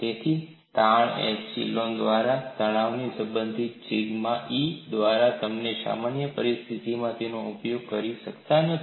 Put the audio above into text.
તેથી તાણ એ એપ્સાયલોન દ્વારા તનાવથી સંબંધિત છે સિગ્મા E દ્વારા તમે સમાન પરિસ્થિતિમાં તેનો ઉપયોગ કરી શકતા નથી